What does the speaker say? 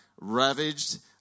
ravaged